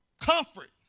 Comfort